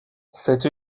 cette